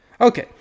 Okay